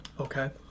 Okay